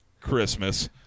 Christmas